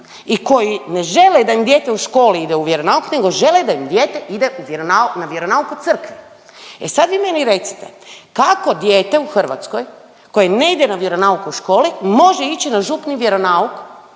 i koji ne žele da im dijete u školi na vjeronauk, nego žele da im dijete ide na vjeronauk u crkvi. E sad vi meni recite, kako dijete u Hrvatskoj koje ne ide na vjeronauk u školi, može ići na župni vjeronauk